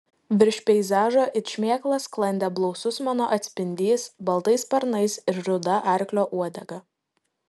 virš peizažo it šmėkla sklandė blausus mano atspindys baltais sparnais ir ruda arklio uodega